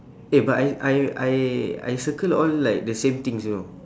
eh but I I I I circle all like the same things you know